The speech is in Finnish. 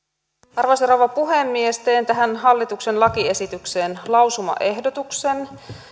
arvoisa rouva puhemies teen tähän hallituksen lakiesitykseen lausumaehdotuksen